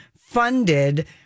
funded